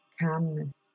calmness